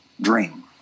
dream